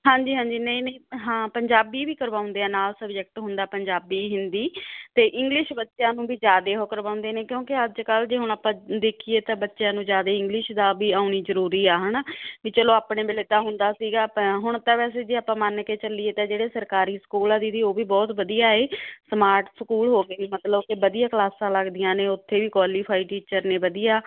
ਹਾਂਜੀ ਹਾਂਜੀ ਨਹੀਂ ਨਹੀਂ ਹਾਂ ਪੰਜਾਬੀ ਵੀ ਕਰਵਾਉਂਦੇ ਆ ਨਾਲ ਸਬਜੈਕਟ ਹੁੰਦਾ ਪੰਜਾਬੀ ਹਿੰਦੀ ਅਤੇ ਇੰਗਲਿਸ਼ ਬੱਚਿਆਂ ਨੂੰ ਵੀ ਜ਼ਿਆਦੇ ਉਹ ਕਰਵਾਉਂਦੇ ਨੇ ਕਿਉਂਕਿ ਅੱਜ ਕੱਲ੍ਹ ਜੇ ਹੁਣ ਆਪਾਂ ਦੇਖੀਏ ਤਾਂ ਬੱਚਿਆਂ ਨੂੰ ਜ਼ਿਆਦੇ ਇੰਗਲਿਸ਼ ਦਾ ਵੀ ਆਉਣੀ ਜ਼ਰੂਰੀ ਆ ਹੈ ਨਾ ਵੀ ਚਲੋ ਆਪਣੇ ਵੇਲੇ ਤਾਂ ਹੁੰਦਾ ਸੀਗਾ ਆਪਾਂ ਹੁਣ ਤਾਂ ਵੈਸੇ ਜੇ ਆਪਾਂ ਮੰਨ ਕੇ ਚੱਲੀਏ ਤਾਂ ਜਿਹੜੇ ਸਰਕਾਰੀ ਸਕੂਲ ਆ ਦੀਦੀ ਉਹ ਵੀ ਬਹੁਤ ਵਧੀਆ ਹੈ ਸਮਾਰਟ ਸਕੂਲ ਹੋ ਗਏ ਵੀ ਮਤਲਬ ਵਧੀਆ ਕਲਾਸਾਂ ਲੱਗਦੀਆਂ ਨੇ ਉੱਥੇ ਵੀ ਕੋਆਲੀਫਾਈ ਟੀਚਰ ਨੇ ਵਧੀਆ